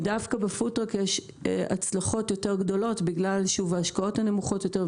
ודווקא בפוד-טראק יש הצלחות גדולות יותר בגלל ההשקעות הנמוכות יותר,